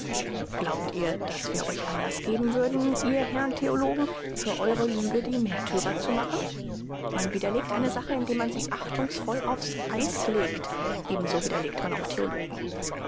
glaubt ihr daß wir euch anlaß geben würden ihr herrn theologen für eure lüge die märtyrer zu machen man widerlegt eine sache indem man sie achtungsvoll auf's eis legt ebenso widerlegt man auch theologen